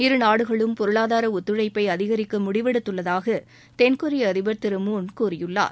இருநாடுகளும் பொருளாதார ஒத்துழைப்ப அதிகரிக்க முடிவெடுத்துள்ளதாக தென்கொரிய அதிபர் திரு மூன் கூறியுள்ளார்